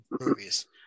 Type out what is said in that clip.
movies